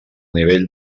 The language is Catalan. nivell